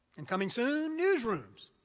and coming soon, newsrooms,